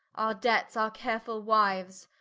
our debts, our carefull wiues,